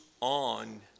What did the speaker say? on